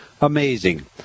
amazing